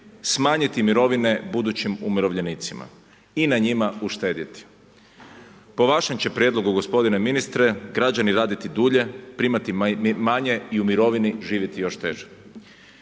smanjiti mirovine budućim umirovljenicima i na njima uštedjeti. Po vašem će prijedlogu gospodine ministre, građani raditi dulje, primati manje i u mirovini živjeti još teže.